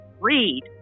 read